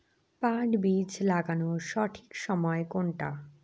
পাট বীজ লাগানোর সঠিক সময় কোনটা?